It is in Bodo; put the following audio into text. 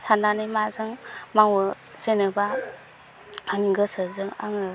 साननानै माजों मावो जेनोबा आंनि गोसोजों आङो